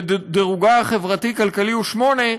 ודירוגה החברתי-כלכלי הוא 8,